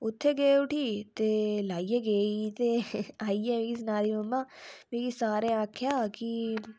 उत्थै गे उठी ते लाइयै गेई ते आइयै मी सना दी मम्मा मिगी सारें आखेआ कि